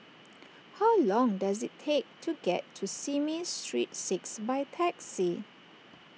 how long does it take to get to Simei Street six by taxi